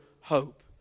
hope